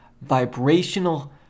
vibrational